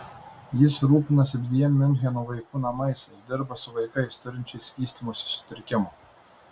jis rūpinasi dviem miuncheno vaikų namais ir dirba su vaikais turinčiais vystymosi sutrikimų